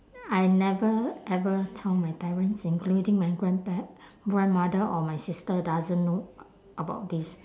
I never ever tell my parents including my grandpa~ grandmother or my sister doesn't know a~ about this